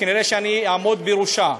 וכנראה אני אעמוד בראשה.